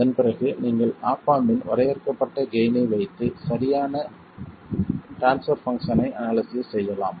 அதன் பிறகு நீங்கள் ஆப் ஆம்ப் இன் வரையறுக்கப்பட்ட கெய்ன் ஐ வைத்து சரியான ட்ரான்ஸ்பர் பங்க்ஷனை அனாலிசிஸ் செய்யலாம்